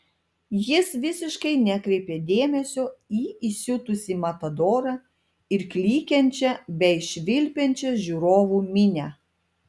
jis visiškai nekreipė dėmesio į įsiutusį matadorą ir klykiančią bei švilpiančią žiūrovų minią